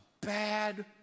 bad